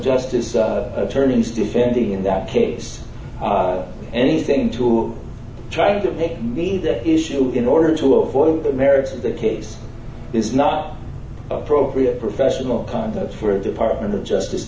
justice attorneys defending in that case anything to try to make me that issue in order to avoid the merits of the case is not appropriate professional conduct for the department of justice